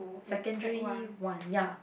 secondary one ya